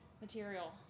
material